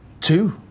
Two